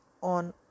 on